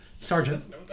Sergeant